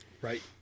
Right